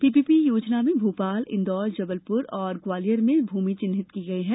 PPP योजना में भोपाल इंदौर जबलपुर एवं ग्वालियर में भूमि चिन्हित की गई है